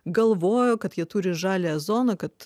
galvojo kad jie turi žaliąją zoną kad